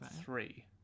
three